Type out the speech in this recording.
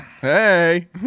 Hey